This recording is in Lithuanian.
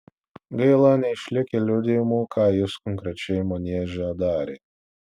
gaila neišlikę liudijimų ką jis konkrečiai manieže darė